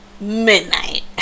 midnight